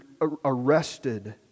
arrested